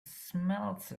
smells